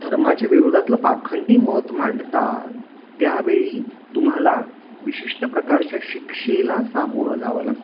धर्माच्या विरोधातलं पाखंडी मत मांडता त्यावेळी तुम्हाला विशिष्ट प्रकारच्या शिक्षेला सामोरं जावं लागतं